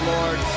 Lord